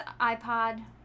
iPod